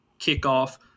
kickoff